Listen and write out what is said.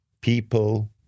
people